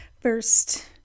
first